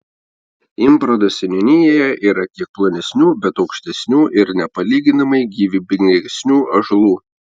imbrado seniūnijoje yra kiek plonesnių bet aukštesnių ir nepalyginamai gyvybingesnių ąžuolų